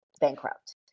bankrupt